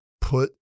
put